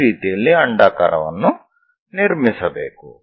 ಈ ರೀತಿಯಲ್ಲಿ ಅಂಡಾಕಾರವನ್ನು ನಿರ್ಮಿಸಬೇಕು